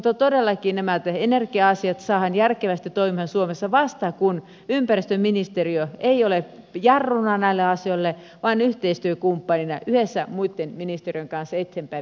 mutta todellakin nämä energia asiat saadaan järkevästi toimimaan suomessa vasta kun ympäristöministeriö ei ole jarruna näille asioille vaan yhteistyökumppanina yhdessä muitten ministeriöitten kanssa viemässä asioita eteenpäin